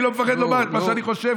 אני לא מפחד לומר את מה שאני חושב,